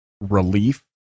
relief